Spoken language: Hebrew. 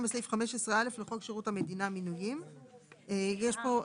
בסעיף 15א לחוק שירות המדינה (מינויים)"; סליחה,